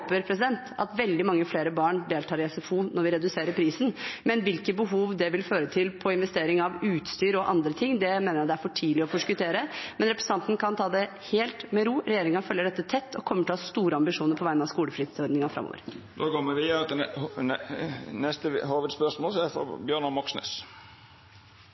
at veldig mange flere barn deltar i SFO når vi reduserer prisen, men hvilke behov det vil føre til når det gjelder investering av utstyr og andre ting, mener jeg det er for tidlig å forskuttere. Men representanten kan ta det helt med ro: Regjeringen følger dette tett og kommer til å ha store ambisjoner på vegne av skolefritidsordningen framover. Me går